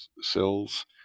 cells